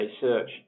search